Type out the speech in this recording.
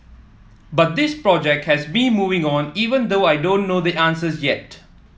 but this project has me moving on even though I don't know the answers yet